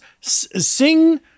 sing